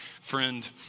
friend